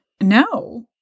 no